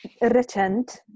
recent